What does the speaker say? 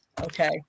okay